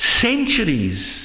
centuries